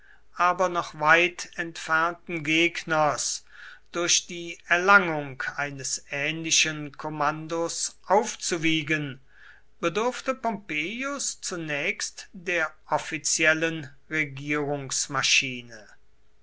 aber noch entfernten gegners durch die erlangung eines ähnlichen kommandos aufzuwiegen bedurfte pompeius zunächst der offiziellen